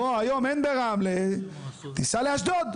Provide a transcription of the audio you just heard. בוא, היום אין ברמלה, ניסע לאשדוד.